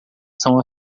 são